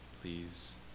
please